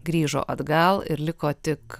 grįžo atgal ir liko tik